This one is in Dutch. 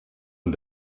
een